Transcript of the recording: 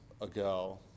ago